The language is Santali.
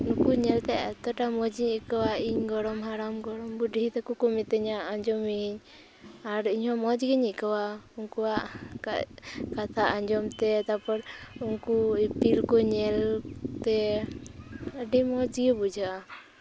ᱱᱩᱠᱩ ᱧᱮᱞᱛᱮ ᱮᱛᱚᱴᱟ ᱢᱚᱡᱤᱧ ᱟᱹᱭᱠᱟᱹᱣᱟ ᱤᱧ ᱜᱚᱲᱚᱢ ᱦᱟᱲᱟᱢ ᱜᱚᱲᱚᱢ ᱵᱩᱰᱷᱤ ᱛᱟᱠᱚ ᱠᱚ ᱢᱤᱛᱟᱹᱧᱟ ᱟᱡᱚᱢᱤᱧ ᱟᱨ ᱤᱧᱦᱚᱸ ᱢᱚᱡᱽ ᱜᱮᱧ ᱟᱹᱭᱠᱟᱹᱣᱟ ᱩᱱᱠᱩᱣᱟᱜ ᱠᱟᱛᱷᱟ ᱟᱸᱡᱚᱢ ᱛᱮ ᱛᱟᱨᱯᱚᱨ ᱩᱱᱠᱩ ᱤᱯᱤᱞ ᱠᱚ ᱧᱮᱞ ᱛᱮ ᱟᱹᱰᱤ ᱢᱚᱡᱽ ᱜᱮ ᱵᱩᱡᱷᱟᱹᱜᱼᱟ